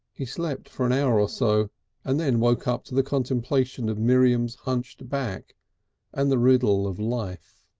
he slept for an hour or so and then woke up to the contemplation of miriam's hunched back and the riddle of life,